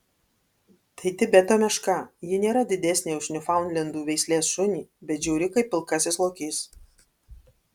tai tibeto meška ji nėra didesnė už niūfaundlendų veislės šunį bet žiauri kaip pilkasis lokys